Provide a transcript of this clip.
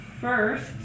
First